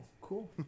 cool